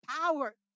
power